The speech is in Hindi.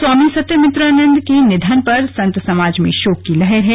स्वामी सत्यमित्रानंद के निधन पर संत समाज में शोक की लहर है